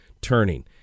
turning